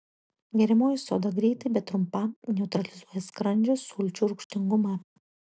geriamoji soda greitai bet trumpam neutralizuoja skrandžio sulčių rūgštingumą